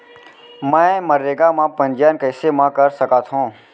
मैं मनरेगा म पंजीयन कैसे म कर सकत हो?